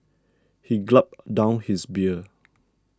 he gulped down his beer